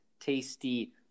tasty